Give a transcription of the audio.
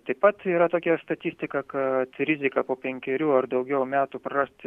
taip pat yra tokia statistika kad riziką po penkerių ar daugiau metų prarasti